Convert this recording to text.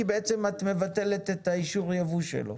כי את מבטלת את אישור הייבוא שלו.